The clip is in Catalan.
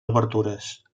obertures